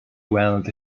weld